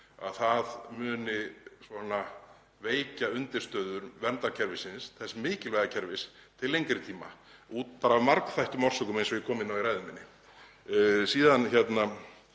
saman muni það veikja undirstöður verndarkerfisins, þess mikilvæga kerfis, til lengri tíma af margþættum orsökum, eins og ég kom inn á í ræðu minni. (Forseti